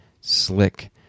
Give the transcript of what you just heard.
slick